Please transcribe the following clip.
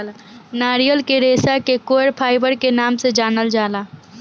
नारियल के रेशा के कॉयर फाइबर के नाम से जानल जाला